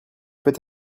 peut